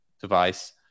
device